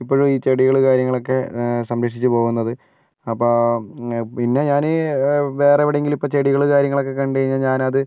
ഇപ്പോഴും ഈ ചെടികൾ കാര്യങ്ങളൊക്കെ സംരക്ഷിച്ച് പോകുന്നത് അപ്പം പിന്നെ ഞാൻ വേറെവിടെയെങ്കിലും ഇപ്പോൾ ചെടികൾ കാര്യങ്ങളൊക്കെ കണ്ട് കഴിഞ്ഞാൽ ഞാനത്